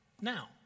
now